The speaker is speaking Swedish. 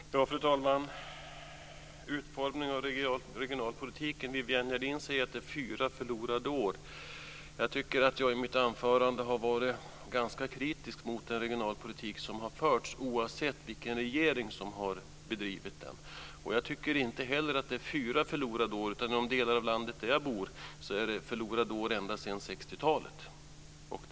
Fru talman! När det gäller utformningen av regionalpolitiken säger Viviann Gerdin att det har varit fyra förlorade år. Jag tycker att jag i mitt anförande var ganska kritisk mot den regionalpolitik som har förts, oavsett vilken regering som har bedrivit den. Jag tycker inte heller att det handlar om fyra förlorade år, utan i de delar av landet där jag bor är åren ända sedan 60-talet förlorade.